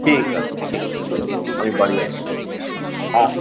ঠিক আছে ঠিক আছে আমি বাড়ি আসছি আসছি